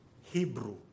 Hebrew